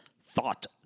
thought